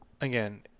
again